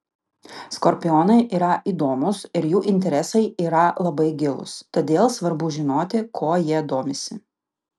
skorpionai yra įdomūs ir jų interesai yra labai gilūs todėl svarbu žinoti kuo jei domisi